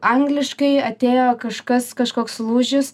angliškai atėjo kažkas kažkoks lūžis